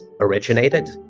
originated